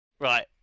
Right